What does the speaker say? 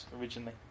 originally